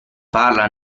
parla